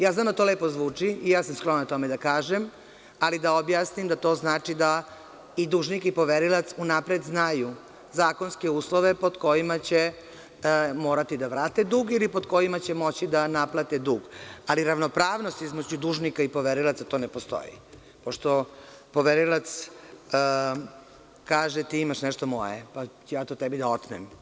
Ja znam da to lepo zvuči i ja sam sklona tome da kažem, ali da objasnim da to znači da i dužnik i poverilac unapred znaju zakonske uslove pod kojima će morati da vrate dug ili pod kojima će moći da naplate dug, ali ravnopravnost između dužnika i poverilaca, to ne postoji, pošto poverilac kaže – ti imaš nešto moje, pa ću ja to tebi da otmem.